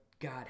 God